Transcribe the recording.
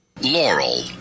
Laurel